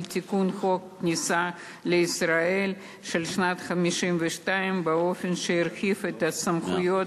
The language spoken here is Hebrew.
על תיקון חוק הכניסה לישראל של שנת 1952 באופן שירחיב את הסמכויות